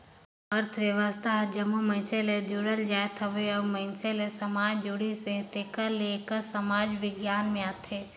अर्थसास्त्र हर जम्मो मइनसे ले जुड़ल जाएत हवे अउ मइनसे ले समाज जुड़िस हे तेकर ले एहर समाज बिग्यान में आथे